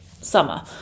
Summer